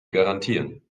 garantieren